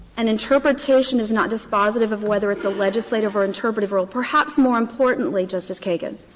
an interpretation is not dispositive of whether it's a legislative or interpretative rule. perhaps more importantly, justice kagan,